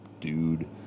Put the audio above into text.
dude